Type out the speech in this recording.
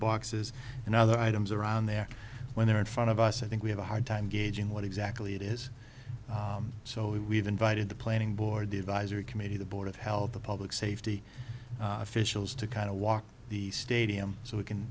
boxes and other items around there when they're in front of us i think we have a hard time gauging what exactly it is so we've invited the planning board the advisory committee the board of health the public safety officials to kind of walk the stadium so we can